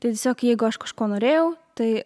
tai tiesiog jeigu aš kažko norėjau tai